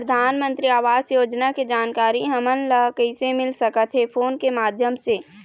परधानमंतरी आवास योजना के जानकारी हमन ला कइसे मिल सकत हे, फोन के माध्यम से?